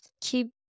keep